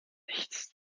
nichts